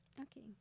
okay